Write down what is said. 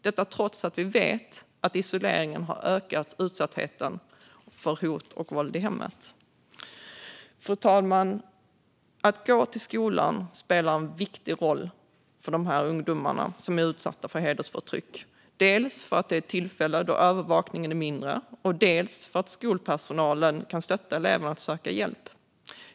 Detta trots att vi vet att isoleringen har ökat utsattheten för hot och våld i hemmet. Fru talman! Att gå till skolan spelar en viktig roll för de ungdomar som är utsatta för hedersförtryck, dels för att det är ett tillfälle då övervakningen är mindre, dels för att skolpersonalen kan stötta eleverna i att söka hjälp.